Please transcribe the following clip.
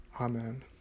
Amen